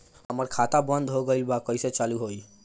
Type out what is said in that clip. हमार खाता बंद हो गइल बा कइसे चालू होई?